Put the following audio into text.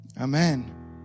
Amen